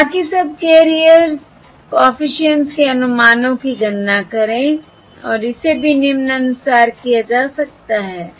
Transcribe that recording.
और बाकी subcarriers coefficients के अनुमानों की गणना करें और इसे भी निम्नानुसार किया जा सकता है